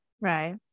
Right